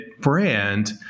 brand